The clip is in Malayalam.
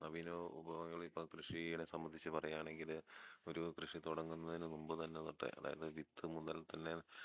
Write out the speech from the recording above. നവീനമായ വിഭവങ്ങൾ ഇപ്പം കൃഷിയിനെ സംബന്ധിച്ച് പറയുകയാണെങ്കിൽ ഒരു കൃഷി തുടങ്ങുന്നതിനുമുമ്പ് തന്നെ തൊട്ട് അതായത് വിത്ത് മുതൽ തന്നെ